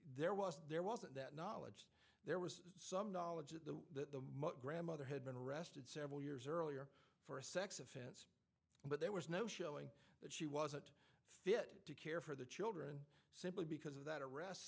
there was there wasn't that knowledge there was some knowledge that the grandmother had been arrested several years earlier for a sex offense but there was no showing that she wasn't fit to care for the children because of that arrest